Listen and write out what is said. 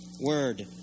word